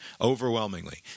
overwhelmingly